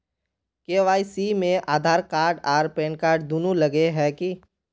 KYC में Aadhaar card आर PAN card दुनू लगे है की?